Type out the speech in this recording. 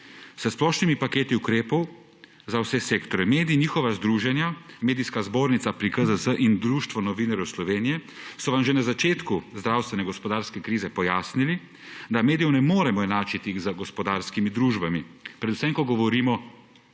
s splošnimi paketi ukrepov za vse sektorje. Mediji in njihova združenja, Medijska zbornica pri GZS in Društvo novinarjev Slovenije, so vam že na začetku zdravstveno-gospodarske krize pojasnili, da medijev ne moremo enačiti z gospodarskimi družbami, predvsem ko govorimo